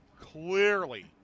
clearly